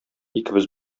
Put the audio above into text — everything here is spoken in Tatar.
икебез